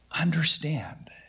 Understand